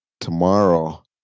tomorrow